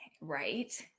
Right